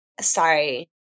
sorry